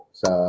sa